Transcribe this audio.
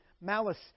malice